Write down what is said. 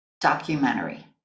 Documentary